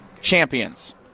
champions